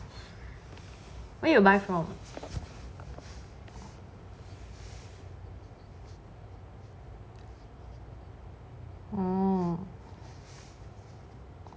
where you buy from